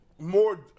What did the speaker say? More